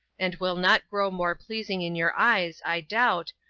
and will not grow more pleasing in your eyes i doubt,